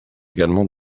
également